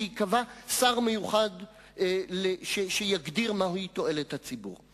וייקבע שר מיוחד שיגדיר מהי תועלת הציבור.